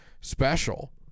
special